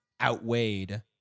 outweighed